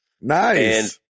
Nice